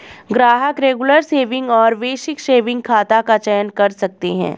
ग्राहक regular saving और basic saving खाता का चयन कर सकते है